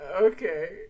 okay